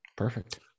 Perfect